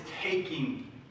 taking